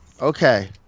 Okay